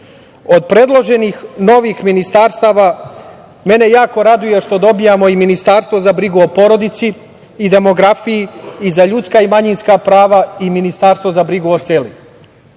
predloženih novih ministarstava mene jako raduje što dobijamo i ministarstvo za brigu o porodici i demografiji i za ljudska i manjinska prava i ministarstvo za brigu o selu.